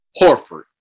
Horford